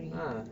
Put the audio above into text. ah